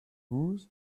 gozh